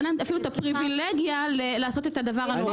אין להן אפילו פריבילגיה לעשות את הדבר הזה.